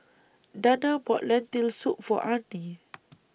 Danna bought Lentil Soup For Arnie